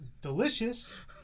delicious